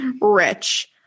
Rich